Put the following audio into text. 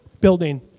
building